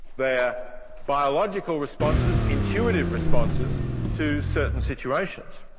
they are biological responses, intuitive responses to certain situations.